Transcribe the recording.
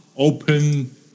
open